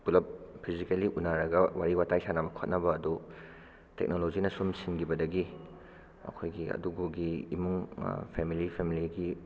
ꯄꯨꯂꯞ ꯐꯤꯖꯤꯀꯦꯜꯂꯤ ꯎꯅꯔꯒ ꯋꯥꯔꯤ ꯋꯇꯥꯏ ꯁꯥꯟꯅꯕ ꯑꯗꯨ ꯇꯦꯛꯅꯣꯂꯣꯖꯤꯅ ꯁꯨꯝ ꯁꯤꯟꯈꯤꯕꯗꯒꯤ ꯑꯩꯈꯣꯏꯒꯤ ꯑꯗꯨꯒ ꯏꯃꯨꯡ ꯐꯦꯃꯤꯂꯤ ꯐꯦꯃꯤꯂꯤꯒꯤ